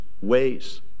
ways